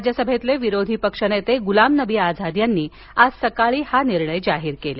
राज्यसभेतील विरोधी पक्षनेते गुलाम नबी आझाद यांनी आज सकाळी हा निर्णय जाहीर केला